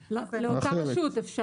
לכתוב לאותה רשות.